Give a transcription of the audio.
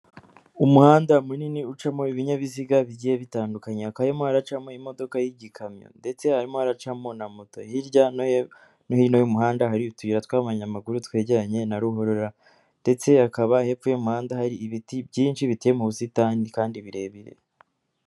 Umuhanda munini ucamo ibinyabiziga bigiye bitandukanye, hakaba harimo haracamo imodoka y'igikamyo, ndetse harimo haracamo na moto, hirya nno hino y'umuhanda hari utuyira tw'abanyamaguru twegeranye na ruhurura, ndetse hakaba hepfo y'muhanda hari ibiti byinshi biteye mu busitani kandi birebire.